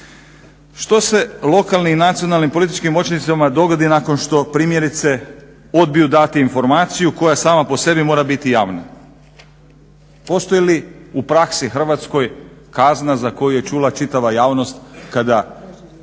Što se lokalnim i nacionalnim političkim moćnicima dogodi nakon što primjerice odbiju dati informaciju koja sama po sebi mora biti javna. Postoji li u praski hrvatskoj kazna za koju je čula čitava javnost kada